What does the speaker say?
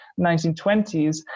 1920s